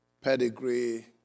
pedigree